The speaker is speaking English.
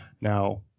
Now